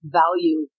value